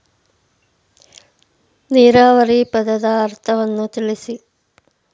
ನೀರಾವರಿ ಪದದ ಅರ್ಥವನ್ನು ತಿಳಿಸಿ?